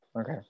Okay